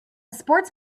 sports